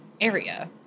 area